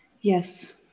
Yes